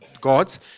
God's